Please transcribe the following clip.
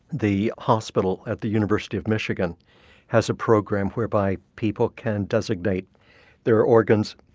the hospital at the university of michigan has a program whereby people can designate their organs,